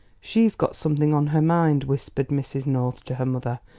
she's got something on her mind, whispered mrs. north to her mother,